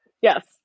yes